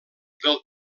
del